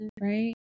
right